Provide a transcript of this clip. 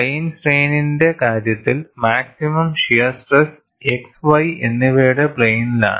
plain സ്ട്രെയിനിന്റെ കാര്യത്തിൽ maximum shear stress xy എന്നിവയുടെ പ്ലെയിനിലാണ്